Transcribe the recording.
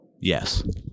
Yes